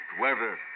weather